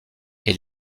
est